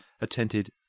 attended